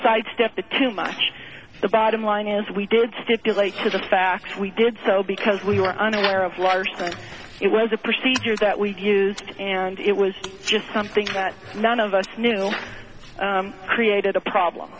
sidestep the too much the bottom line is we did stipulate to the facts we did so because we were unaware of larson it was a procedure that we used and it was just something that none of us knew created a problem